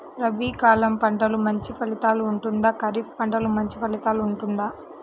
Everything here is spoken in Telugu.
రబీ కాలం పంటలు మంచి ఫలితాలు ఉంటుందా? ఖరీఫ్ పంటలు మంచి ఫలితాలు ఉంటుందా?